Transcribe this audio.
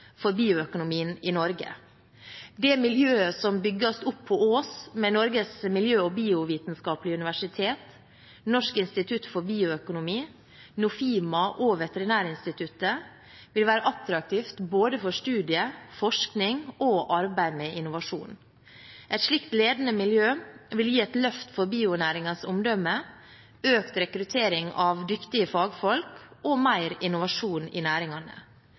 for bioøkonomien i Norge. Det miljøet som bygges opp på Ås, med Norges miljø- og biovitenskapelige universitet, Norsk institutt for bioøkonomi, Nofima og Veterinærinstituttet, vil være attraktivt for både studier, forskning og arbeid med innovasjon. Et slikt ledende miljø vil gi et løft for bionæringens omdømme, økt rekruttering av dyktige fagfolk og mer innovasjon i næringene.